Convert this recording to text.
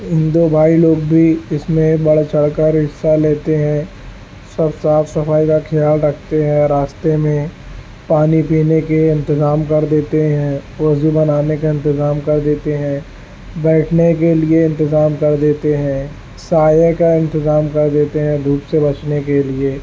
ہندو بھائی لوگ بھی اس میں بڑھ چڑھ کر حصہ لیتے ہیں سب صاف صفائی کا خیال رکھتے ہیں راستے میں پانی پینے کے انتظام کر دیتے ہیں وضو بنانے کا انتظام کر دیتے ہیں بیٹھنے کے لیے انتظام کر دیتے ہیں سائے کا انتظام کر دیتے ہیں دھوپ سے بچنے کے لیے